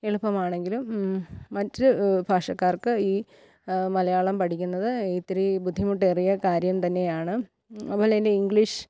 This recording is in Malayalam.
എളുപ്പമാണെങ്കിലും മറ്റ് ഭാഷക്കാർക്ക് ഈ മലയാളം പഠിക്കുന്നത് ഇത്തിരി ബുദ്ധിമുട്ടേറിയ കാര്യം തന്നെയാണ് അതുപോലെതന്നെ ഇംഗ്ലീഷ്